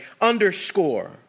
underscore